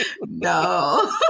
No